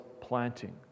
planting